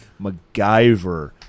MacGyver